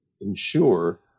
ensure